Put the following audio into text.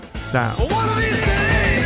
sound